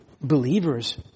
believers